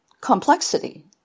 complexity